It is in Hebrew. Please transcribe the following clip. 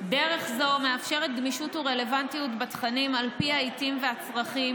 זו מאפשרת גמישות ורלוונטיות בתכנים על פי העיתים והצרכים,